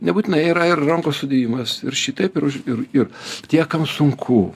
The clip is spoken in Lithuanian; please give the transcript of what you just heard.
nebūtinai yra ir rankų sudėjimas ir šitaip ir už ir ir tie kam sunku